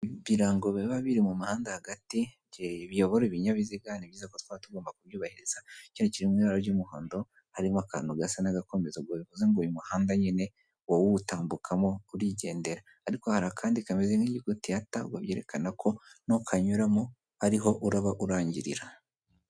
Ibirango biba biri mu muhanda hagati, biyobore ibinyabiziga nibyiza ko tuba tugomba kubyubahiriza kino kiri mu ibara ry'umuhondo harimo akantu gasa n'agakomeza, ngo bivuze ngo uyu muhanda nyine wowe utambukamo urigendera ariko hari akandi kameze nk'inyuguti ya ta ubwo byerekana ko nukanyuramo ariho uraba urangirira.